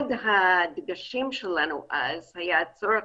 אחד הדגשים שלנו אז היה הצורך